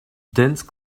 dense